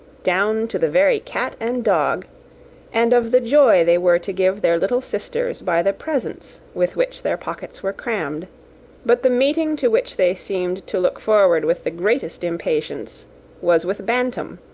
down to the very cat and dog and of the joy they were to give their little sisters by the presents with which their pockets were crammed but the meeting to which they seemed to look forward with the greatest impatience was with bantam,